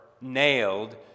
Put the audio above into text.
nailed